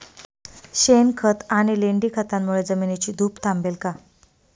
शेणखत आणि लेंडी खतांमुळे जमिनीची धूप थांबेल का?